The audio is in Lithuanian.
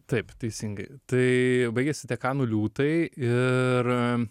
taip teisingai tai baigėsi tie kanų liūtai ir